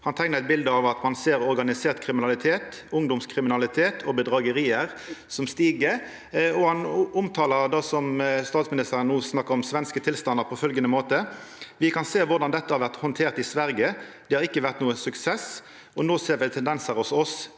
Han teiknar eit bilde av at ein ser at organisert kriminalitet, ungdomskriminalitet og bedrageri aukar, og han omtalar det statsministeren no snakka om, svenske tilstandar, på følgjande måte: «Vi kan se hvordan dette har vært håndtert i Sverige. Det har ikke vært noen suksess. Og nå ser en tendenser hos oss